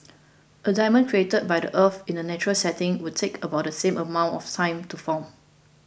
a diamond created by the earth in a natural setting would take about the same amount of time to form